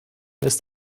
ist